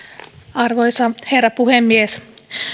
arvoisa herra puhemies